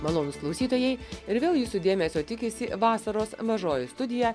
malonūs klausytojai ir vėl jūsų dėmesio tikisi vasaros mažoji studija